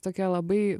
tokia labai